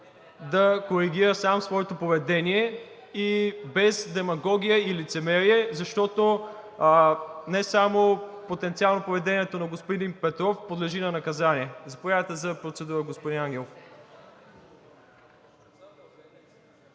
да коригира сам своето поведение и без демагогия и лицемерие, защото не само потенциално поведението на господин Петров подлежи на наказание. Заповядайте за процедура, господин Ангелов.